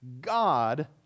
God